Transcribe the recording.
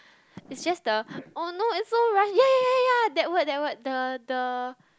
it's just the oh no it's so rush ya ya ya ya that word that word the the